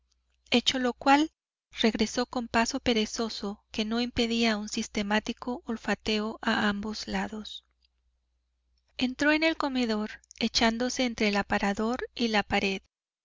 hecho lo cual regresó con paso perezoso que no impedía un sistemático olfateo a ambos lados entró en el comedor echándose entre el aparador y la pared